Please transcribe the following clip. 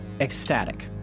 Ecstatic